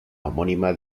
homónima